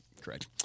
correct